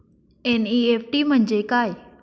NEFT म्हणजे काय?